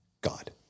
God